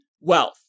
wealth